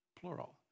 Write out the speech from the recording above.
Plural